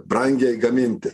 brangiai gaminti